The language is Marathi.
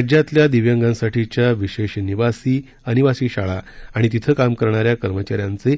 राज्यातल्या दिव्यांगांसाठीच्या विशेष निवासी अनिवासी शाळा आणि तिथे काम करणाऱ्या कर्मचाऱ्यांचे